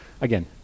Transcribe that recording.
Again